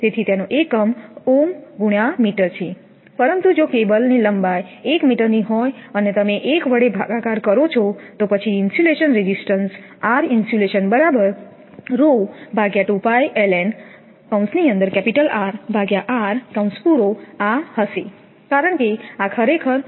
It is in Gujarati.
તેથી તેનો એકમ છે પરંતુ જો કેબલની લંબાઈ 1 મીટરની હોય અને તમે 1 વડે ભાગાકાર કરો છો તો પછી ઇન્સ્યુલેશન રેઝિસ્ટન્સ હશે કારણ કે આ ખરેખર